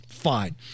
fine